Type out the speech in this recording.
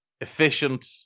Efficient